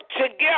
together